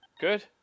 good